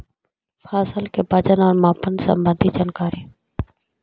फसल के वजन और मापन संबंधी जनकारी?